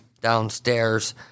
downstairs